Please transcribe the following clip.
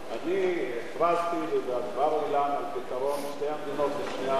אני הכרזתי קבל עם ועולם על פתרון שתי מדינות לשני העמים.